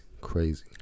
crazy